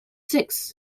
six